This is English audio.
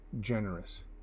generous